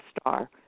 star